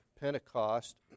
Pentecost